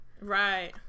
Right